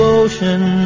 ocean